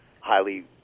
highly